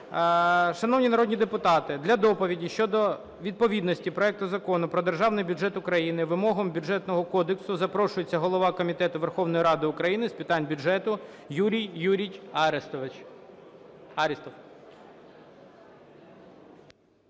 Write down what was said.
Шановні народні депутати, для доповіді щодо відповідності проекту Закону про Державний бюджет України вимогам Бюджетного кодексу запрошується голова Комітету Верховної Ради України з питань бюджету Юрій Юрійович